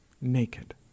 naked